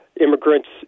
immigrants